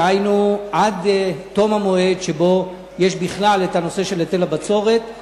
דהיינו עד תום המועד שבו יש בכלל הנושא של היטל הבצורת,